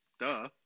duh